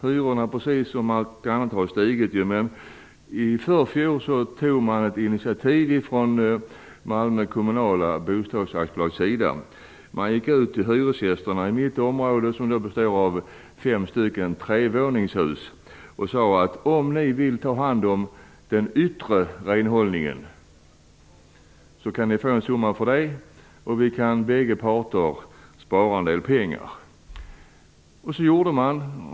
Hyrorna har ju stigit precis som allting annat, men i förfjol tog Malmö kommunala bostadsaktiebolag ett initiativ och gick ut till hyresgästerna i mitt område, som består av fem trevåningshus, och sade: Om ni vill ta hand om den yttre renhållningen kan ni få en summa för det, och bägge parter kan spara en del pengar. Så gjorde man.